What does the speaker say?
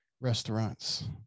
restaurants